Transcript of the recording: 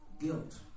guilt